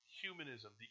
humanism